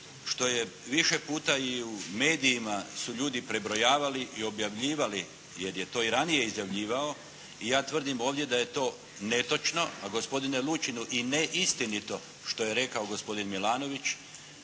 što je više puta i u medijima su ljudi prebrojavali i objavljivali jer je to i ranije izjavljivao. Ja tvrdim ovdje da je to netočno, a gospodine Lučinu i neistinito što je rekao gospodin Milanović.